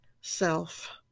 self